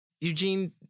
Eugene